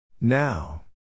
Now